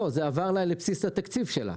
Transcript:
לא, זה עבר לבסיס התקציב שלה.